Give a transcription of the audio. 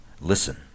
Listen